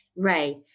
Right